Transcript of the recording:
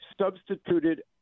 substituted